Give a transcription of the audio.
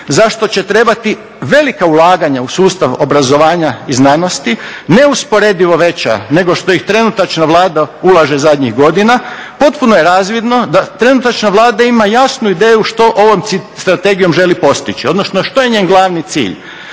zašto će trebati velika ulaganja u sustav obrazovanja i znanosti, neusporedivo veća nego što ih trenutačna Vlada ulaže zadnjih godina, potpuno je razvidno da trenutačna Vlada ima jasnu ideju što ovom strategijom želi postići, odnosno što je njen glavni cilj.